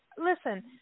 listen